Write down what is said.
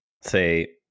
say